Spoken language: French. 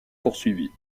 poursuivis